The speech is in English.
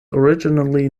originally